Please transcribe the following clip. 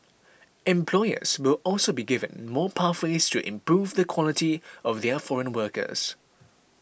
employers will also be given more pathways to improve the quality of their foreign workers